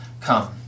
come